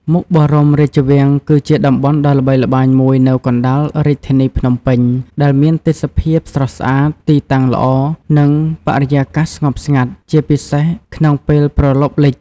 មុខបរមរាជវាំង គឺជាតំបន់ដ៏ល្បីល្បាញមួយនៅកណ្ដាលរាជធានីភ្នំពេញ ដែលមានទេសភាពស្រស់ស្អាត ទីតាំងល្អ និងបរិយាកាសស្ងប់ស្ងាត់ ជាពិសេសក្នុងពេលព្រលប់លិច។